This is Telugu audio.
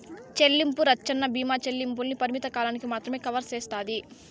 చెల్లింపు రచ్చన బీమా చెల్లింపుల్ని పరిమిత కాలానికి మాత్రమే కవర్ సేస్తాది